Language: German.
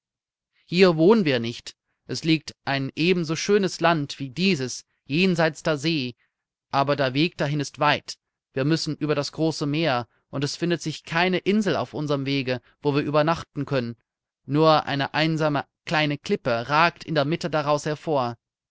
hier wohnen wir nicht es liegt ein eben so schönes land wie dieses jenseits der see aber der weg dahin ist weit wir müssen über das große meer und es findet sich keine insel auf unserm wege wo wir übernachten können nur eine einsame kleine klippe ragt in der mitte daraus hervor